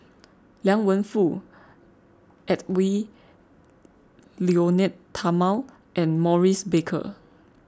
Liang Wenfu Edwy Lyonet Talma and Maurice Baker